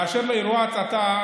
באשר לאירוע ההצתה,